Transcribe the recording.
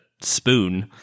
spoon